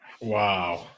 Wow